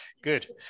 Good